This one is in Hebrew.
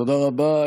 תודה רבה.